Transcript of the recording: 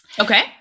Okay